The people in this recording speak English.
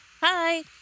Hi